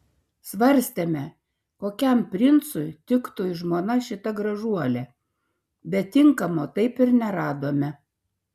svarstėme kokiam princui tiktų į žmonas šita gražuolė bet tinkamo taip ir neradome